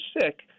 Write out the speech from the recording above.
sick